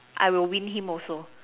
I'll win him also